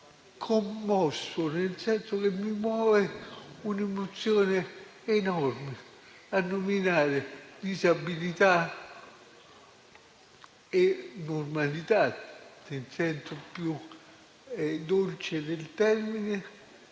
commosso, nel senso che mi muove un'emozione enorme nominare disabilità e normalità, nel senso più dolce del termine,